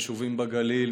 יישובים בגליל,